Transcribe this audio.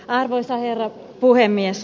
arvoisa herra puhemies